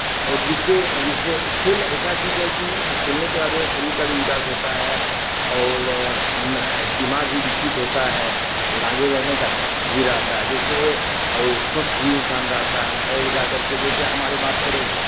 और जिससे जिससे खेल ऐसा चीज़ है कि खेलने के बाद में शरीर का भी विकास होता है और दिमाग भी विकसित होता है और आगे बढ़ने का चांस भी रहता है और जैसे और स्वस्थ भी इंसान रहता है जैसे और स्वस्थ भी इंसान रहता है और जा करके जैसे हमारे बात करें